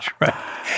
right